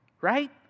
right